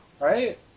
Right